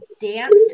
danced